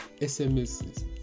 SMS